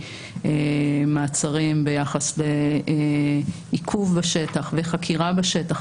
(מעצרים) ביחס לעיכוב בשטח וחקירה בשטח.